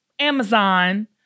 Amazon